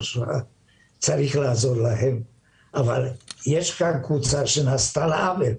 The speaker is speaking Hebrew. אבל יש כאן קבוצה שנעשתה לה עוול.